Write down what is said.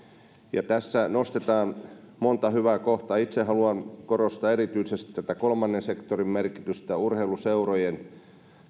ja tässä nostetaan monta hyvää kohtaa itse haluan korostaa erityisesti kolmannen sektorin merkitystä urheiluseurojen